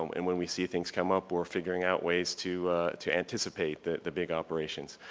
um and when we see things come up, we're figuring out ways to to anticipate the big operations.